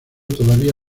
todavía